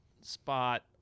spot